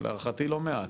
להערכתי לא מעט.